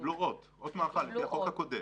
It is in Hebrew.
קיבלו אות מערכה לפי החוק הקודם.